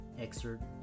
excerpt